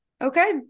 Okay